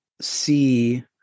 see